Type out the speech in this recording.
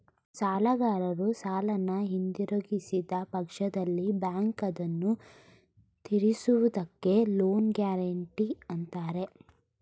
ಸಾಲಗಾರರು ಸಾಲನ ಹಿಂದಿರುಗಿಸಿದ ಪಕ್ಷದಲ್ಲಿ ಬ್ಯಾಂಕ್ ಅದನ್ನು ತಿರಿಸುವುದಕ್ಕೆ ಲೋನ್ ಗ್ಯಾರೆಂಟಿ ಅಂತಾರೆ